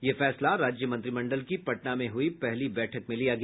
यह फैसला राज्य मंत्रिमंडल की पटना में हुई पहली बैठक में लिया गया